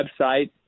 website